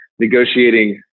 negotiating